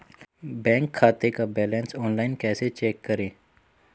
Bank खाते का balance online कैसे चेक करें?